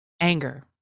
anger